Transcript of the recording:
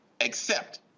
accept